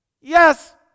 Yes